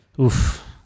oof